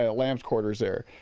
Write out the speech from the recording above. ah lamb's quarters there.